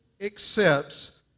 accepts